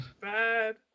bad